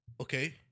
Okay